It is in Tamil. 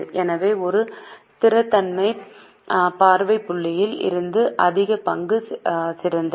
எனவே ஒரு ஸ்திரத்தன்மை பார்வை புள்ளியில் இருந்து அதிக பங்கு சிறந்தது